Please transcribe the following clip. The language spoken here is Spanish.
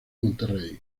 monterrey